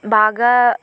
బాగా